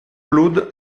blood